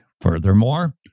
Furthermore